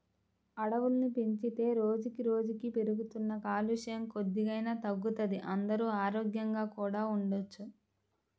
అడవుల్ని పెంచితే రోజుకి రోజుకీ పెరుగుతున్న కాలుష్యం కొద్దిగైనా తగ్గుతది, అందరూ ఆరోగ్యంగా కూడా ఉండొచ్చు